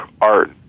art